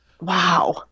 Wow